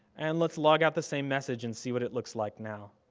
and let's log out the same message and see what it looks like now.